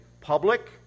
public